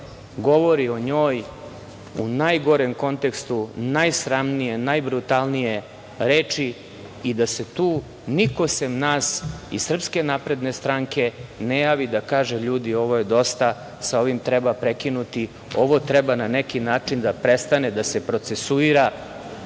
govori o njoj u najgorem kontekstu, najsramnije, najbrutalnije reči i da se tu niko sem nas iz SNS ne javi da kaže – ljudi, ovo je dosta, sa ovim treba prekinuti, ovo treba na neki način da prestane da se procesuira